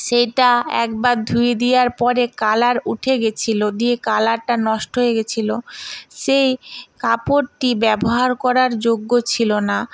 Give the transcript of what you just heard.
সেটা একবার ধুয়ে দেওয়ার পরে কালার উঠে গেছিলো দিয়ে কালারটা নষ্ট হয়ে গেছিলো সেই কাপড়টি ব্যবহার করার যোগ্য ছিল না